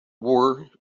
war